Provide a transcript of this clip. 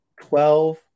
twelve